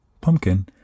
pumpkin